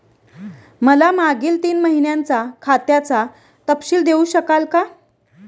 मला मागील तीन महिन्यांचा खात्याचा तपशील देऊ शकाल का?